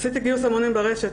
עשיתי גיוס המונים ברשת.